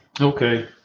Okay